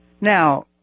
Now